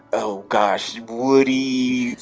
oh, gosh woody,